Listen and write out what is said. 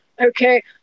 okay